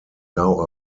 now